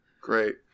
Great